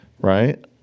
right